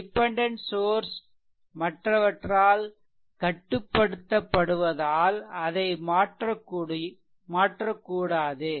dependent source மற்றவற்றால் கட்டுப்படுத்தப்படுவதால் அதை மாற்றக்கூடாது